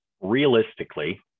Realistically